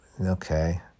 okay